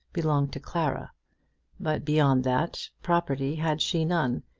belonged to clara but, beyond that, property had she none,